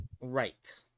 Right